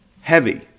heavy